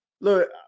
look